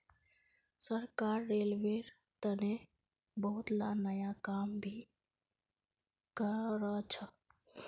सरकार रेलवेर तने बहुतला नया काम भी करछ